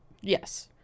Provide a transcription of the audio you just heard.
yes